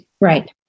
right